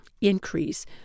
increase